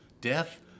death